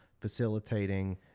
facilitating